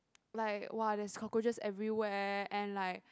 like wa there's cockroaches every and like